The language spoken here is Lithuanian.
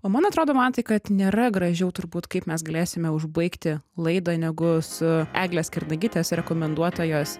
o man atrodo mantai kad nėra gražiau turbūt kaip mes galėsime užbaigti laidą negu su eglės kernagytės rekomenduota jos